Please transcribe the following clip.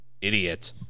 Idiot